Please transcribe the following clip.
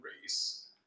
race